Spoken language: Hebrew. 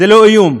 זה לא איום,